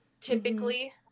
typically